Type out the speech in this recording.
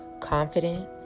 confident